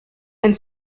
and